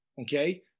Okay